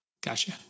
Gotcha